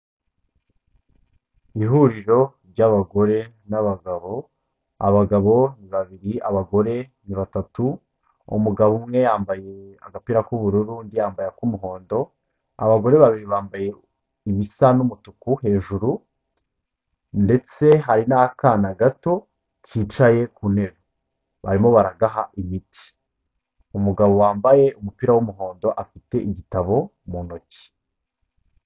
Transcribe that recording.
Ihuriro ry'abagore n'abagabo, abagabo babiri abagore ni batatu. Umugabo umwe yambaye agapira k'ubururu undi yambaye ak'umuhondo, abagore babiri bambaye ibisa n'umutuku hejuru ndetse hari n'akana gato kicaye ku ntebe barimo baragaha imiti. Umugabo wambaye umupira w'umuhondo afite igitabo mu ntoki.